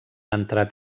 entrat